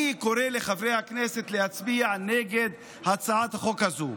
אני קורא לחברי הכנסת להצביע נגד הצעת חוק זו.